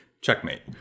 Checkmate